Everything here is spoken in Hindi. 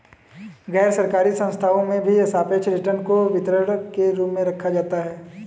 गैरसरकारी संस्थाओं में भी सापेक्ष रिटर्न को वितरण के रूप में रखा जाता है